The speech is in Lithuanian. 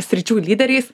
sričių lyderiais